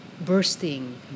bursting